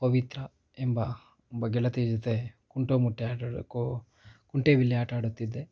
ಪವಿತ್ರ ಎಂಬ ಒಬ್ಬ ಗೆಳತಿಯ ಜೊತೆ ಕುಂಟೆ ಮೂಟೆ ಆಟಾಡಕೊ ಕುಂಟೆಬಿಲ್ಲೆ ಆಟಾಡುತ್ತಿದ್ದೆ